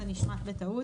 זה נשמט בטעות.